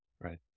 Right